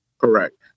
Correct